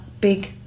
big